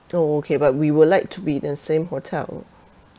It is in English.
oh okay but we would like to be the same hotel